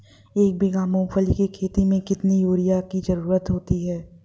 एक बीघा मूंगफली की खेती में कितनी यूरिया की ज़रुरत होती है?